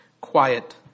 quiet